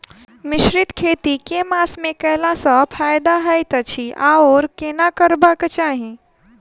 मिश्रित खेती केँ मास मे कैला सँ फायदा हएत अछि आओर केना करबाक चाहि?